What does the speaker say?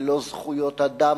בלא זכויות אדם,